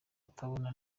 atabona